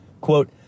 Quote